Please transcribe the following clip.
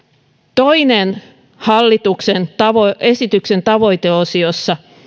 toinen hallituksen esityksen tavoiteosiossa